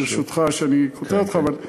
ברשותך, שאני קוטע אותך, אבל,